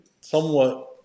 somewhat